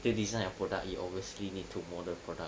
to design a product you obviously need to model product